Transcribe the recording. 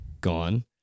gone